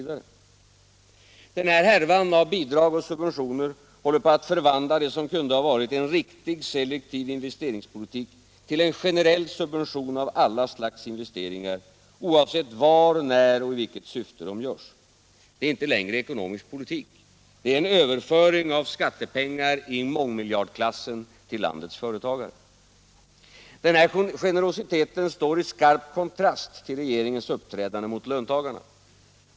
Den här härvan av bidrag och subventioner håller på att förvandla det som kunde ha varit en riktig selektiv investeringspolitik till en generell subvention av alla slags investeringar, oavsett var, när och i vilket syfte de görs. Det är inte längre ekonomisk politik — det är en överföring av skattepengar i mångmiljardklassen till landets företagare. Den här generositeten står i skarp kontrast till regeringens uppträdande mot löntagarna.